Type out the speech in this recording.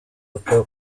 uko